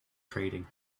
trading